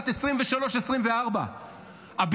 בשנת 2024-2023. היא הייתה על צווי הגבלות.